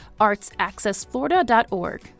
artsaccessflorida.org